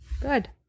good